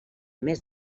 més